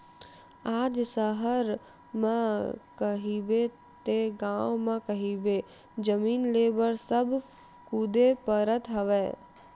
आज सहर म कहिबे ते गाँव म कहिबे जमीन लेय बर सब कुदे परत हवय